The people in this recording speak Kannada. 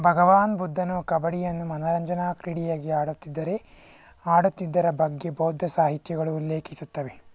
ಭಗವಾನ್ ಬುದ್ಧನು ಕಬಡ್ಡಿಯನ್ನು ಮನೋರಂಜನಾ ಕ್ರೀಡೆಯಾಗಿ ಆಡುತ್ತಿದ್ದರೆ ಆಡುತ್ತಿದ್ದರ ಬಗ್ಗೆ ಬೌದ್ಧ ಸಾಹಿತ್ಯಗಳು ಉಲ್ಲೇಖಿಸುತ್ತವೆ